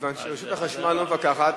מכיוון שרשות החשמל לא מפקחת,